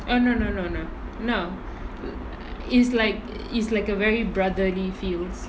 oh no no no no no is like is like a very brotherly feels